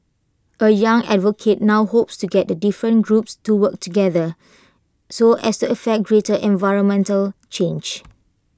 A young advocate now hopes to get the different groups to work together so as to effect greater environmental change